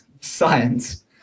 science